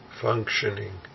functioning